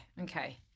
okay